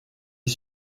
est